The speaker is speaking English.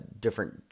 different